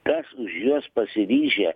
kas už juos pasiryžę